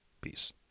Peace